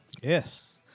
Yes